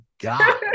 god